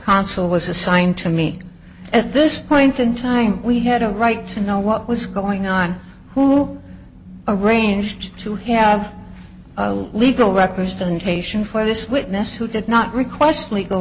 consul was assigned to me at this point in time we had a right to know what was going on who arranged to have legal representation for this witness who did not request legal